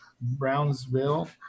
Brownsville